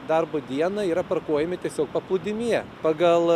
darbo dieną yra pakuojami tiesiog paplūdimyje pagal